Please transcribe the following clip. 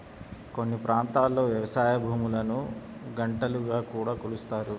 కొన్ని ప్రాంతాల్లో వ్యవసాయ భూములను గుంటలుగా కూడా కొలుస్తారు